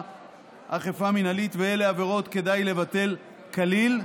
אכיפה מינהלית ואילו עבירות כדאי לבטל כליל.